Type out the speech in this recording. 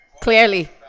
Clearly